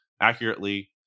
accurately